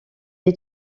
est